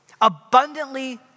abundantly